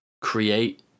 create